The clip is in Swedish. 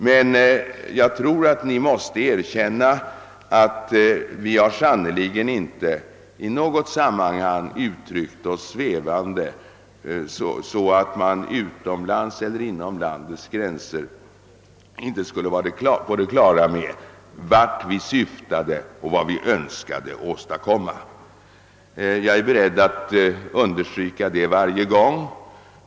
Men jag tror att vi måste erkänna att vi sannerligen inte i något sammanhang har uttryckt oss svävande, så att man utomlands eller inom landets gränser inte skulle vara på det klara med vart vi syftade och vad vi önskade åstadkomma. Jag är beredd att understryka det varje gång.